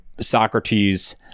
Socrates